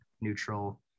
neutral